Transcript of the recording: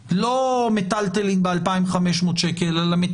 נראה אותם מחזיקים ילדים בבית של עוני בלי יס ובלי מחשב של גיימינג,